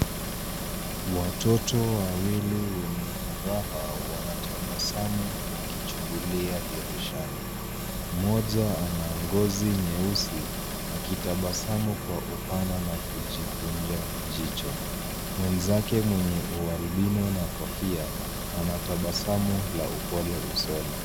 Watoto wawili wenye furaha wanatabasamu wakichungulia dirishani. Mmoja ana ngozi nyeusi akitabasamu kwa upana na kujikunja jicho. Mwenzake kwenye albino na kofia, ana tabasamu la upole usoni.